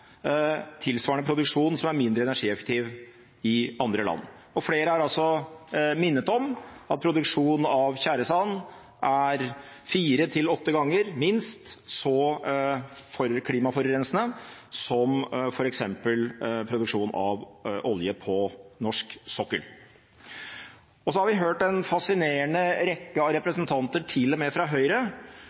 tilsvarende produksjon som er mindre energieffektiv, i andre land. Flere har minnet om at produksjon av tjæresand er fire–åtte ganger, minst, så klimaforurensende som f.eks. produksjon av olje på norsk sokkel. Så har vi hørt en fascinerende rekke av representanter – til og med fra Høyre